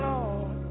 Lord